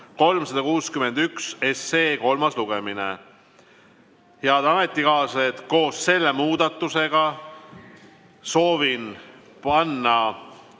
361 kolmas lugemine. Head ametikaaslased, koos selle muudatusega soovin panna